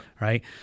Right